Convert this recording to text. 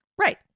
Right